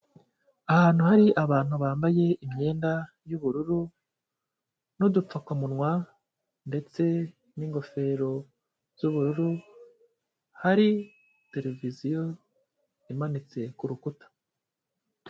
Ahantu hari abantu bambaye imyenda y'ubururu n'udupfukamunwa ndetse n'ingofero z'ubururu, hari televiziyo imanitse ku rukuta.